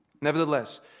Nevertheless